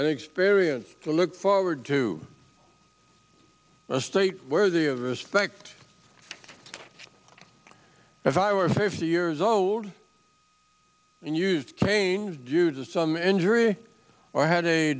good thing an experience to look forward to a state where the of respect if i were fifty years old and used canes due to some injury or had a